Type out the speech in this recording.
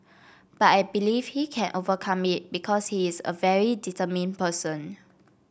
but I believe he can overcome it because he is a very determined person